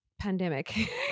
pandemic